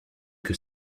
que